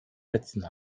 netzen